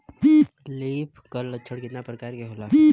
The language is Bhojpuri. लीफ कल लक्षण केतना परकार के होला?